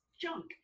junk